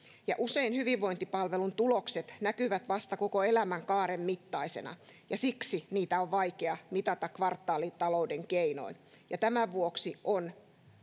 ja usein hyvinvointipalvelun tulokset näkyvät vasta koko elämänkaaren mittaisina ja siksi niitä on vaikea mitata kvartaalitalouden keinoin tämän vuoksi on